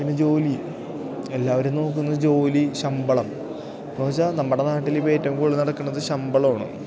പിന്നെ ജോലി എല്ലാവരും നോക്കുന്നത് ജോലി ശമ്പളം എന്നുവച്ചാല് നമ്മടെ നാട്ടിലിപ്പോള് ഏറ്റവും കൂടുതൽ നടക്കുന്നതു ശമ്പളമാണ്